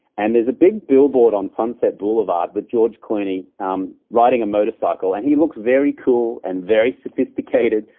and there's a big billboard on sunset boulevard with george clooney um riding a motorcycle, and he looks very cool and very sophisticated,